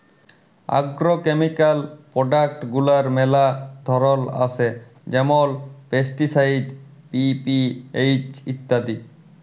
agrochemical product গুলার ম্যালা ধরল আসে যেমল পেস্টিসাইড, পি.পি.এইচ ইত্যাদি